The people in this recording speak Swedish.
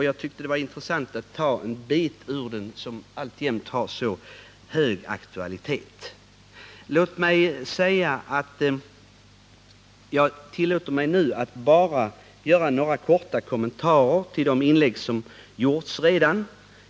Jag tycker det är intressant att ta en bit ur den debatt som alltjämt har så hög aktualitet. Jag tillåter mig nu att göra kommentarer till de inlägg som redan gjorts.